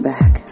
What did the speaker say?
Back